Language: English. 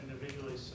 individually